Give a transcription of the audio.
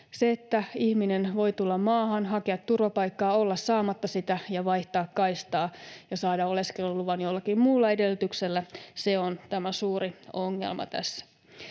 Se, että ihminen voi tulla maahan, hakea turvapaikkaa, olla saamatta sitä ja vaihtaa kaistaa ja saada oleskeluluvan jollakin muulla edellytyksellä, on tämä suuri ongelma tässä.